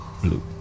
blue